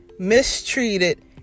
mistreated